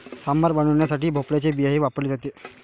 सांबार बनवण्यासाठी भोपळ्याची बियाही वापरली जाते